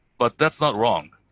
but that's not wrong.